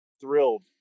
thrilled